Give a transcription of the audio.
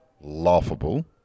laughable